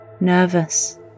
nervous